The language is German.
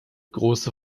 große